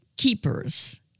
keepers